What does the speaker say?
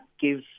give